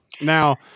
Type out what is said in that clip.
Now